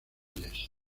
reyes